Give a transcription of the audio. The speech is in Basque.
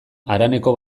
haraneko